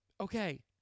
Okay